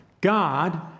God